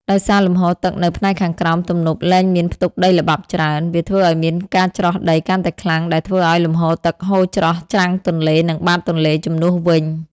ដោយសារលំហូរទឹកនៅផ្នែកខាងក្រោមទំនប់លែងមានផ្ទុកដីល្បាប់ច្រើន វាធ្វើឲ្យមានការច្រោះដីកាន់តែខ្លាំងដែលធ្វើឲ្យលំហូរទឹកហូរច្រោះច្រាំងទន្លេ និងបាតទន្លេ ជំនួសវិញ។